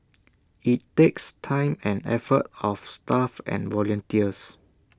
IT takes time and effort of staff and volunteers